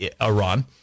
Iran